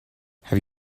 have